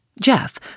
Jeff